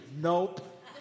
Nope